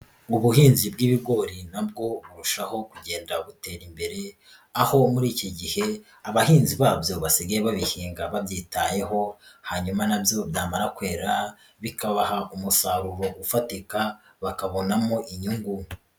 Ubuhinzi bw'ibigori na bwo burushaho kugenda butera imbere, aho muri iki gihe abahinzi babyo basigaye babihinga babyitayeho, hanyuma nabyo byamara kwera bikabaha umusaruro ufatika bakabonamo inyungu.